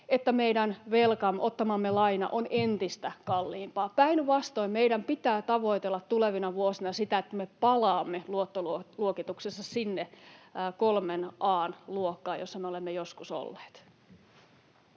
että meidän velka, ottamamme laina, on entistä kalliimpaa. Päinvastoin, meidän pitää tavoitella tulevina vuosina sitä, että me palaamme luottoluokituksessa sinne kolmen A:n luokkaan, jossa me olemme joskus olleet.